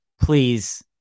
Please